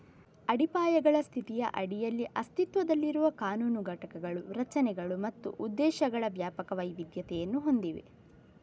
ಅಡಿಪಾಯಗಳ ಸ್ಥಿತಿಯ ಅಡಿಯಲ್ಲಿ ಅಸ್ತಿತ್ವದಲ್ಲಿರುವ ಕಾನೂನು ಘಟಕಗಳು ರಚನೆಗಳು ಮತ್ತು ಉದ್ದೇಶಗಳ ವ್ಯಾಪಕ ವೈವಿಧ್ಯತೆಯನ್ನು ಹೊಂದಿವೆ